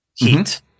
heat